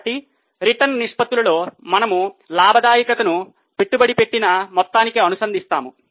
కాబట్టి రిటర్న్ నిష్పత్తులలో మనము లాభదాయకతను పెట్టుబడి పెట్టిన మొత్తానికి అనుసంధానిస్తాము